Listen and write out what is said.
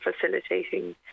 facilitating